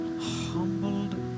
humbled